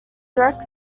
direct